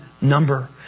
number